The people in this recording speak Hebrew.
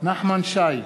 נחמן שי,